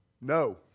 no